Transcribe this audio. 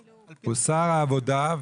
על פי --- הוא שר העבודה,